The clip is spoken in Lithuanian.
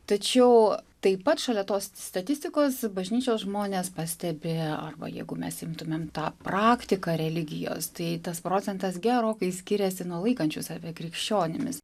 tačiau taip pat šalia tos statistikos bažnyčios žmonės pastebi arba jeigu mes imtumėm tą praktiką religijos tai tas procentas gerokai skiriasi nuo laikančių save krikščionimis